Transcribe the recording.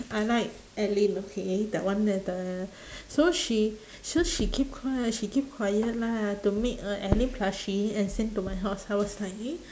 I like alyn okay that one where the so she so she keep quiet she keep quiet lah to make a alyn plushie and send to my house I was like eh